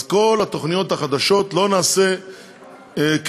אז בכל התוכניות החדשות לא נעשה "כפל